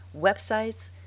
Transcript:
websites